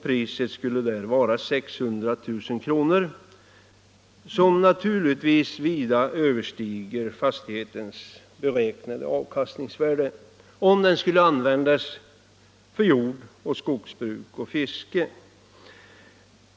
Priset skulle vara 600 000 kr., som naturligtvis vida överstiger fastighetens beräknade avkastningsvärde, om den skulle användas för jord och skogsbruk och fiske.